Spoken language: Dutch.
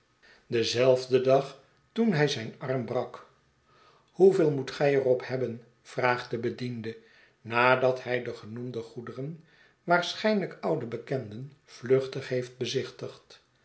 denzelfden dag toen hij zijn arm brak hoeveel moet gij er op hebben vraagt de bediende nadat hij de genoemde goederen waarschijnlijk oude bekenden vluchtig heeft bezichtigd